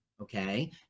okay